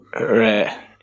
Right